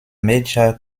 major